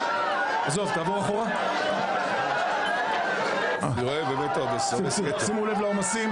אני חולק עליך: זה זעם, זה לא עומס.